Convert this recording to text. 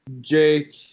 Jake